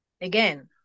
again